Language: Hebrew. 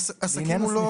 עסקים.